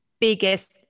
biggest